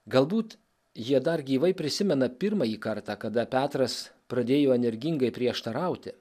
galbūt jie dar gyvai prisimena pirmąjį kartą kada petras pradėjo energingai prieštarauti